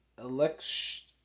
election